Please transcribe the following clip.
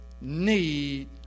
need